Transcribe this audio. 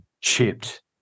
chipped